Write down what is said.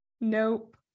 Nope